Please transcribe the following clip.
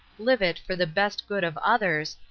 live it for the best good of others,